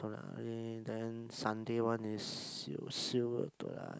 then Sunday one is you the